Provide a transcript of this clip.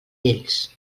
lleis